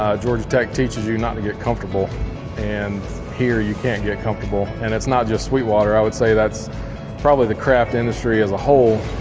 ah georgia tech teaches you not to get comfortable and here you can't get comfortable. and it's not just sweetwater, i would say that's probably the craft industry as a whole,